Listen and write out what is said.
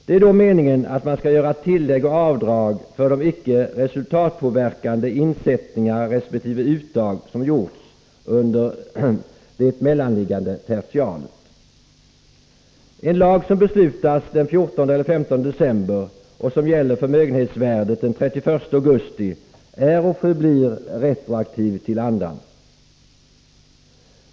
Det är då meningen att man skall göra tillägg och avdrag för de icke resultatpåverkande insättningar resp. uttag som gjorts under det mellanliggande tertialet. En lag som beslutas den 14 eller 15 december och som gäller förmögenhetsvärdet den 31 augusti är och förblir retroaktiv till sin anda.